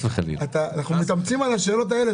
אנחנו מתאמצים על השאלות האלה.